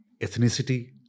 ethnicity